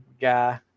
guy